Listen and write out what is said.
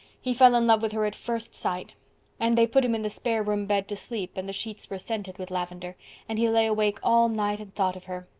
he fell in love with her at first sight and they put him in the spare room bed to sleep and the sheets were scented with lavendar and he lay awake all night and thought of her.